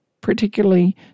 particularly